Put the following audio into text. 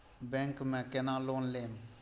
Bank में केना loan लेम?